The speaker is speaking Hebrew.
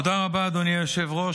תודה רבה, אדוני היושב-ראש.